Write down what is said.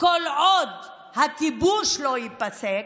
כל עוד הכיבוש לא ייפסק,